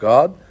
God